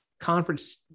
conference